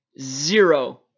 Zero